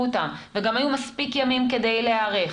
אותם וגם היו מספיק ימים כדי להיערך.